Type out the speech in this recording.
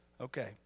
Okay